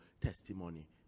testimony